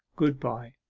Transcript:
good-bye